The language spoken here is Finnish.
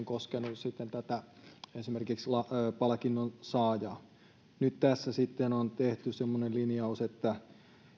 koskenut sitten tätä palkinnon saajaa nyt tässä sitten on on tehty semmoinen linjaus että